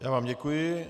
Já vám děkuji.